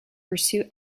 pursue